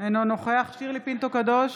אינו נוכח שירלי פינטו קדוש,